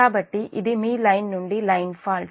కాబట్టి ఇది మీ లైన్ నుండి లైన్ ఫాల్ట్